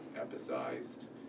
emphasized